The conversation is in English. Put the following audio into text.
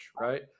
right